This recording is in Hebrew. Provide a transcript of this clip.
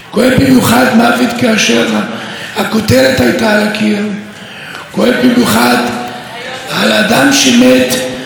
כואב במיוחד על אדם שמת רק בגלל הפקרות ובגלל היותו אישה.